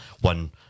one